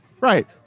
Right